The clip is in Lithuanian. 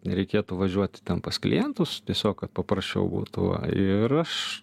nereikėtų važiuoti ten pas klientus tiesiog kad paprašiau būtų ir aš